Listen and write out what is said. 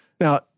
Now